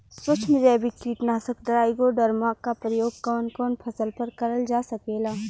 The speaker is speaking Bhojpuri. सुक्ष्म जैविक कीट नाशक ट्राइकोडर्मा क प्रयोग कवन कवन फसल पर करल जा सकेला?